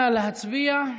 נא להצביע.